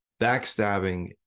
Backstabbing